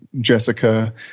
Jessica